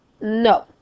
no